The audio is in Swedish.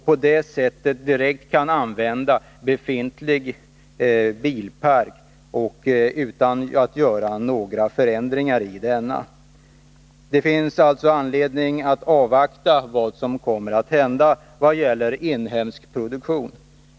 På det sättet kan man direkt använda befintlig bilpark utan att göra några förändringar i denna. Det finns alltså anledning att avvakta vad som kommer att hända när det gäller inhemsk produktion.